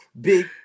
Big